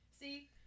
See